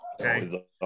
Okay